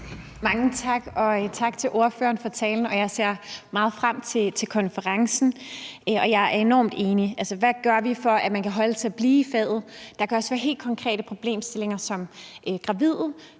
Mange tak, og tak til ordføreren for talen. Jeg ser meget frem til konferencen, og jeg er enormt enig. Altså, hvad gør vi, for at man kan holde til at blive i faget? Der kan også være helt konkrete problemstillinger som graviditet.